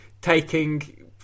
taking